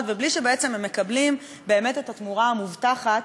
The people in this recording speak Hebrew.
ובלי שבעצם הם מקבלים באמת את התמורה המובטחת,